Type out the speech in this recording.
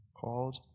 called